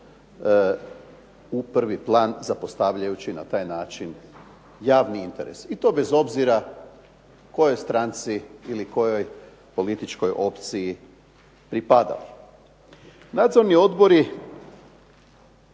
u prvi plan zapostavljajući na taj način javni interes, i to bez obzira kojoj stranci ili kojoj političkoj opciji pripadao. Nadzorni odbori,